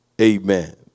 Amen